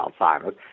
Alzheimer's